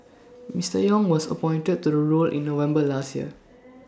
Mister Yong was appointed to the role in November last year